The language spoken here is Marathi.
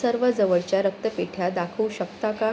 सर्व जवळच्या रक्तपेढ्या दाखवू शकता का